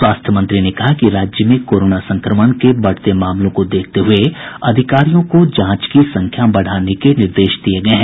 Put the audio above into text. स्वास्थ्य मंत्री ने कहा कि राज्य में कोरोना संक्रमण के बढ़ते मामलों को देखते हये अधिकारियों को जांच की संख्या बढ़ाने के निर्देश दिये गये हैं